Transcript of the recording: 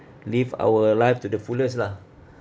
live our life to the fullest lah